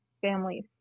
families